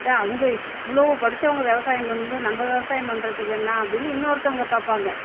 தா அவங்க இவ்வளோ படித்தவங்க விவசாயம் பண்ணும் போது நம்ம விவசாயம் பண்றதுக்கு என்ன அப்படினு இன்னோருத்தங்க பார்ப்பாங்க